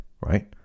right